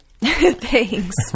thanks